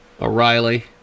O'Reilly